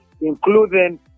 including